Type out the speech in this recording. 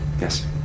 yes